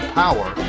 power